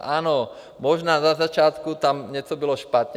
Ano, možná na začátku tam něco bylo špatně.